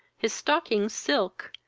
his stockings silk,